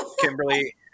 Kimberly